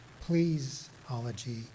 please-ology